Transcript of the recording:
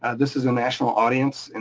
and this is a national audience, and